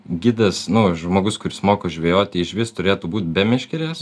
gidas nu žmogus kuris moko žvejoti išvis turėtų būti be meškerės